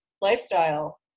lifestyle